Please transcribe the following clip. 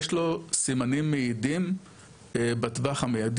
יש לו סימנים מעידים בטווח המיידי,